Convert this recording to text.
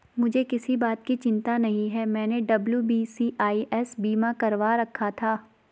मुझे किसी बात की चिंता नहीं है, मैंने डब्ल्यू.बी.सी.आई.एस बीमा करवा रखा था